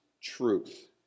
truth